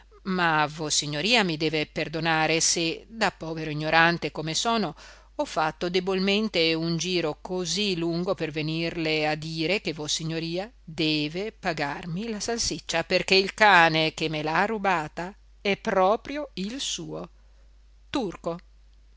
mani ma vossignoria mi deve perdonare se da povero ignorante come sono ho fatto debolmente un giro così lungo per venirle a dire che vossignoria deve pagarmi la salsiccia perché il cane che me l'ha rubata è proprio il suo turco